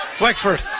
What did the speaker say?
Wexford